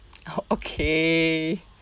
oh okay